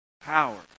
power